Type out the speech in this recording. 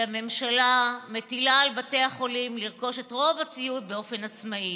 והממשלה מטילה על בתי החולים לרכוש את רוב הציוד באופן עצמאי.